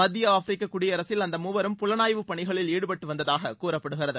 மத்திய ஆப்பிரிக்க குடியரசில் அந்த மூவரும் புலனாய்வுப் பணிகளில் ஈடுபட்டு வந்ததாக கூறப்படுகிறது